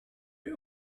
you